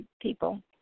people